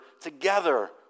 together